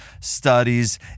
studies